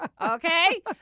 Okay